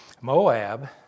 Moab